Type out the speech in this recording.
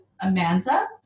Amanda